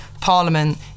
Parliament